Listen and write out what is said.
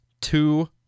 two